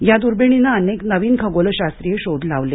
या दुर्बिणीने अनेक नवीन खगोलशास्त्रीय शोध लावले